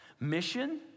mission